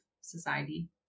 society